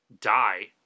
die